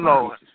Lord